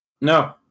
no